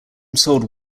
sold